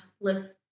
live